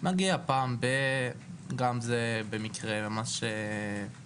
או שהגעתי פעם בכמה זמן, וגם זה במקרה ממש נדיר.